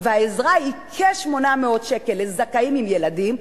והעזרה היא כ-800 שקל לזכאים עם ילדים,